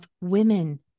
women